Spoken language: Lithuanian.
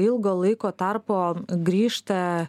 ilgo laiko tarpo grįžta